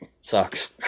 sucks